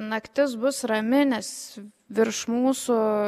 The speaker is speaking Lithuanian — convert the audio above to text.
naktis bus rami nes virš mūsų